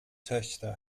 töchter